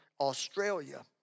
Australia